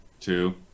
Two